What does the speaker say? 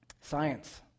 Science